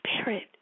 Spirit